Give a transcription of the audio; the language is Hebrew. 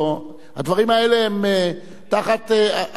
הדברים האלה הם תחת, אדוני,